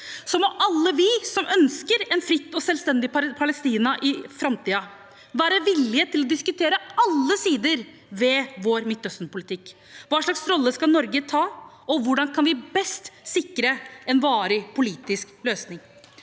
Så må alle vi som ønsker et fritt og selvstendig Palestina i framtiden, være villige til å diskutere alle sider ved vår Midtøsten-politikk. Hva slags rolle skal Norge ta, og hvordan kan vi best sikre en varig politisk løsning?